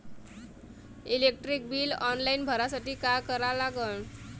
Electric bill online भरासाठी का करा लागन?